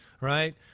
right